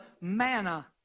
manna